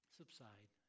subside